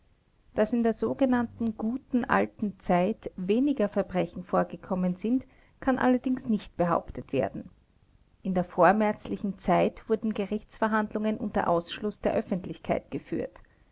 daß in der sogenannten guten alten zeit weniger verbrechen vorgekommen sind kann allerdings nicht behauptet werden in der vormärzlichen zeit wurden gerichtsverhandlungen unter ausschluß der öffentlichkeit geführt